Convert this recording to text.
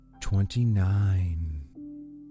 twenty-nine